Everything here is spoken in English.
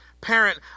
parent